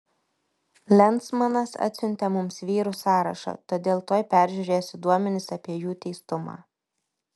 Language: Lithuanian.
lensmanas atsiuntė mums vyrų sąrašą todėl tuoj peržiūrėsiu duomenis apie jų teistumą